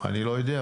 אני לא יודע,